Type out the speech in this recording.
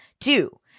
Two